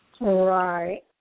right